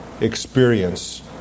experience